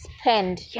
spend